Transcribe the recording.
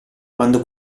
quando